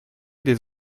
des